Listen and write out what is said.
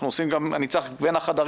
אנחנו עושים גם אני צריך בין החדרים,